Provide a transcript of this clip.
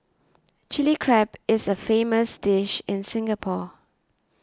Chilli Crab is a famous dish in Singapore